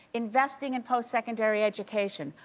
investing in post-secondary education,